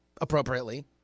appropriately